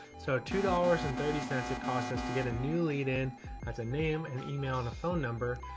so two dollars and thirty cents. it costs us to get a new lead in as a name and email on a phone number.